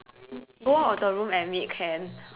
go out of the room and meet can